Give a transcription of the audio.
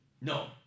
No